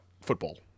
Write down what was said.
football